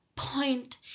point